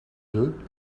deux